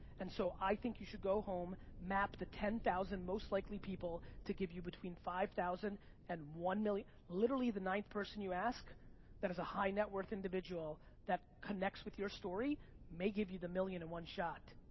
and so i think you should go home, map the ten thousand most likely people to give you between five thousand dollars and one million dollars. literally the ninth person you ask that is a high net worth individual that connects with your story may give you the million in one shot.